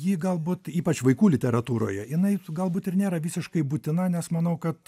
ji galbūt ypač vaikų literatūroje jinai galbūt ir nėra visiškai būtina nes manau kad